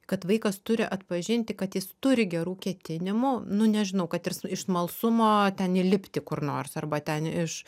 kad vaikas turi atpažinti kad jis turi gerų ketinimų nu nežinau kad ir iš smalsumo ten įlipti kur nors arba ten iš